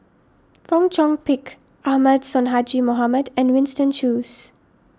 Fong Chong Pik Ahmad Sonhadji Mohamad and Winston Choos